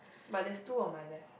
but there's two on my left